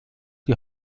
die